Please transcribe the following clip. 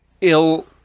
ill